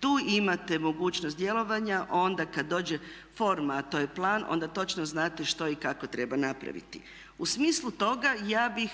tu imate mogućnost djelovanja onda kada dođe forma a to je plan onda točno znate što i kako treba napraviti. U smislu toga ja bih